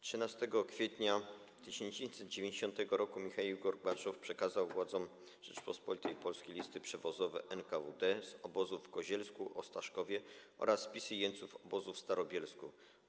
13 kwietnia 1990 r. Michaił Gorbaczow przekazał władzom Rzeczypospolitej Polskiej listy przewozowe NKWD z obozów w Kozielsku i Ostaszkowie oraz spis jeńców obozu w Starobielsku.